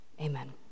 Amen